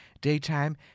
daytime